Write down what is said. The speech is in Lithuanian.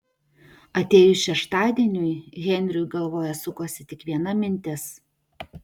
atėjus šeštadieniui henriui galvoje sukosi tik viena mintis